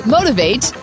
Motivate